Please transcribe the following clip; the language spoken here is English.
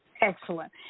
Excellent